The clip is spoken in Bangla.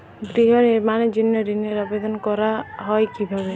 গৃহ নির্মাণের জন্য ঋণের আবেদন করা হয় কিভাবে?